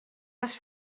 les